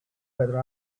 whether